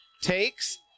Takes